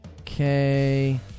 Okay